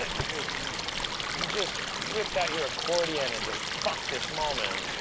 and you just you just whipped out your accordion and just fucked this moment.